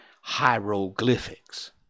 hieroglyphics